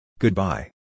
Goodbye